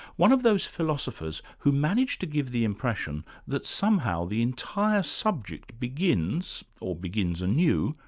one of those philosophers who manage to give the impression that somehow the entire subject begins, or begins anew,